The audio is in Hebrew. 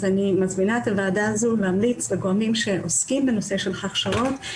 אני מזמינה את הוועדה הזאת להמליץ לגורמים שעוסקים בנושא של הכשרה,